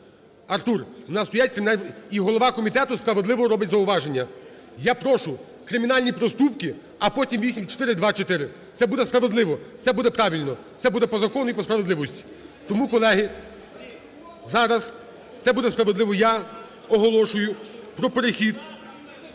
Артур, у нас стоять кримінальні… І голова комітету справедливо робить зауваження. Я прошу, кримінальні проступки, а потім 8424. Це буде справедливо, це буде правильно, це буде по закону і по-справедливості. Тому, колеги, зараз… Це буде справедливо. Я оголошую про перехід…